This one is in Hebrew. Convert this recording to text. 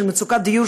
מצוקת הדיור,